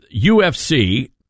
UFC